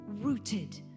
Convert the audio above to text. rooted